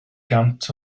gant